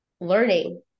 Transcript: learning